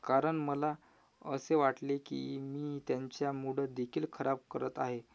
कारण मला असे वाटले की मी त्यांच्या मूडदेखील खराब करत आहे